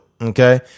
Okay